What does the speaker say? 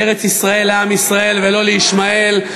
ארץ-ישראל לעם ישראל, ולא לישמעאל.